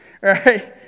right